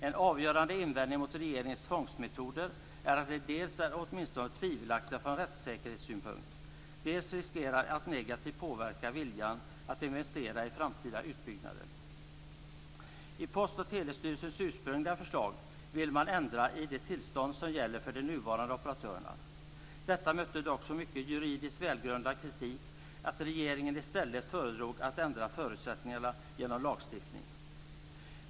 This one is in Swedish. En avgörande invändning mot regeringens tvångsmetoder är att de dels åtminstone från rättssäkerhetssynpunkt är tvivelaktiga, dels riskerar att negativt påverka viljan att investera i framtida utbyggnader. I Post och telestyrelsens ursprungliga förslag ville man ändra i de tillstånd som gäller för de nuvarande operatörerna. Detta mötte dock så mycket juridiskt välgrundad kritik att regeringen i stället föredrog att ändra förutsättningarna genom lagstiftning.